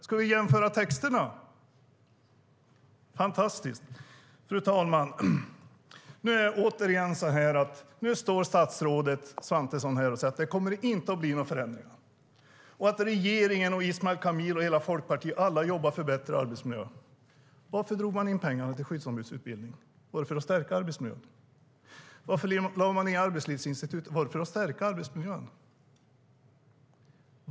Ska vi jämföra texterna? Fantastiskt! Fru talman! Nu står statsrådet Svantesson här och säger att det inte kommer att bli några förändringar och att regeringen, Ismail Kamil och hela Folkpartiet arbetar för bättre arbetsmiljö. Men varför drog man in pengarna till utbildningen av skyddsombud? Var det för att stärka arbetsmiljön? Varför lade man ned Arbetslivsinstitutet? Var det för att stärka arbetsmiljön?